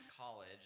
College